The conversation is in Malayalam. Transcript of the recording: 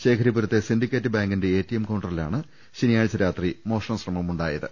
ശേഖരീപുരത്തെ സിൻഡികേറ്റ് ബാങ്കിന്റെ എടിഎം കൌണ്ടറിലാണ് ശനിയാഴ്ച്ച രാത്രി മോഷണശ്രമ മുണ്ടായത്